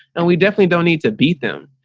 and we definitely don't need to beat them.